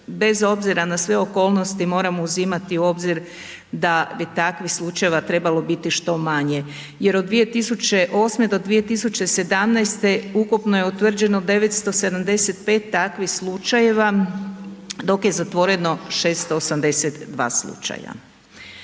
bez obzira na sve okolnosti, moramo uzimati u obzir da bi takvih slučajeva trebalo biti što manje, jer od 2008. do 2017. ukupno je utvrđeno 975 takvih slučajeva, dok je zatvoreno 682 slučaja.